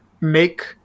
make